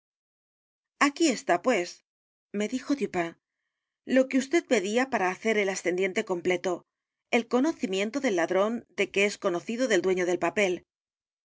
aquí está pues me dijo dupin lo que vd pedía p a r a hacer el ascendiente completo el conocimiento del ladrón de que es conocido del dueño del papel sí